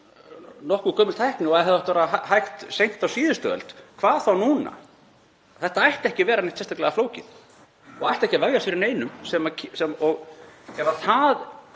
nokkuð gömul tækni og hefði átt að vera hægt seint á síðustu öld, hvað þá núna. Þetta ætti ekki að vera neitt sérstaklega flókið og ætti ekki að vefjast fyrir neinum. Ef einhver